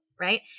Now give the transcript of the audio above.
right